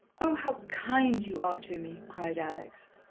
oh, how kind you are to me! cried alex.